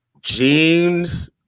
jeans